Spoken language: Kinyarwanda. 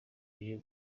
cyo